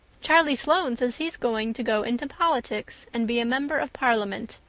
charlie sloane says he's going to go into politics and be a member of parliament,